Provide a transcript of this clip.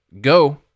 Go